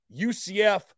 UCF